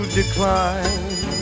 decline